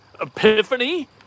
epiphany